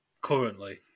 Currently